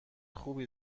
خوبی